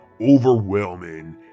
overwhelming